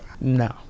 no